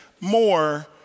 more